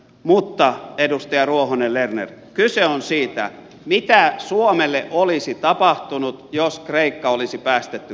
mutta edustaja ruohonen lerner kyse on siitä mitä suomelle olisi tapahtunut jos kreikka olisi päästetty kaatumaan